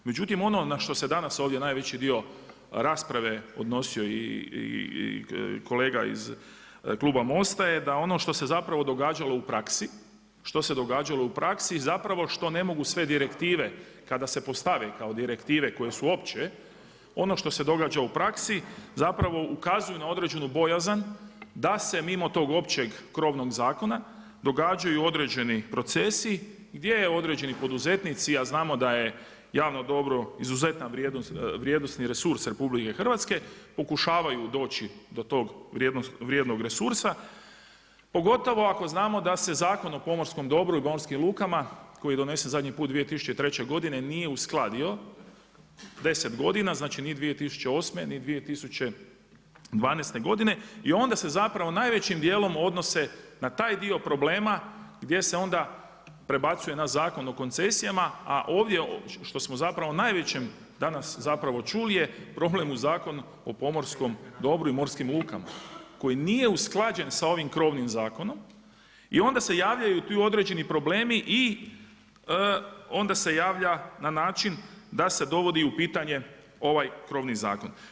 Međutim ono na što se danas ovdje najveći rasprave odnosio i kolega iz kluba MOST-a je, da ono što se zapravo događalo u praksi, što se događalo u praksi, zapravo što ne mogu sve direktive, kada se postave kao direktive koje su opće, ono što se događa u praksi, zapravo ukazuju na određenu bojazan da se mimo tog općeg krovnog zakona događaju određeni procesi gdje određeni poduzetnici, a znamo da je javno dobro izuzetan vrijednosni resurs RH, pokušavaju doći do toga vrijednog resursa, pogotovo ako znamo da se Zakon o pomorskom dobru i pomorskim lukama, koji je donesen zadnji put 2003. godine nije uskladio 10 godina, znači ni 2008. ni 2012. godine, i onda se zapravo najvećim dijelom odnose na taj dio problema gdje se onda prebacuje na Zakon o koncesijama a ovdje što smo zapravo najveći danas zapravo čuli, je problem u Zakonu o pomorskom dobru i morskim lukama koji nije usklađen sa ovim krovnim zakonom i onda se javljaju tu određeni problemi i onda se javlja na način da se dovodi u pitanje ovaj krovni zakon.